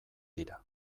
dira